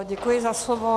Děkuji za slovo.